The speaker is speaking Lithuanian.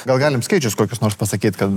gal galim skaičius kokius nors pasakyt kad